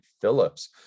Phillips